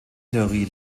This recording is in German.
theorie